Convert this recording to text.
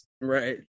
Right